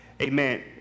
Amen